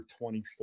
24